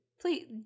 please